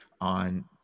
on